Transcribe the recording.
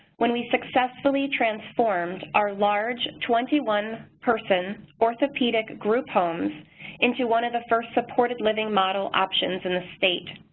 when we successfully transformed our large twenty one person orthopedic group home into one of the first supported living model options in the state.